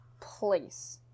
Place